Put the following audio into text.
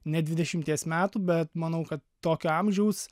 ne dvidešimties metų bet manau kad tokio amžiaus